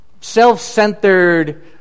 self-centered